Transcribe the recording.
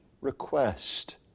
request